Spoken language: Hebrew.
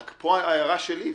אבל ההערה שלי,